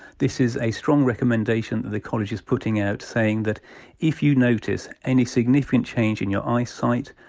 this is a strong recommendation that the college is putting out saying that if you notice any significant change in your eyesight,